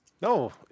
No